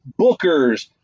bookers